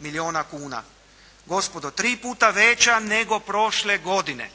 milijuna kuna. Gospodo 3 puta veća, nego prošle godine.